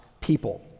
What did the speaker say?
people